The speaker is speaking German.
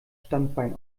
standbein